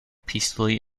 peacefully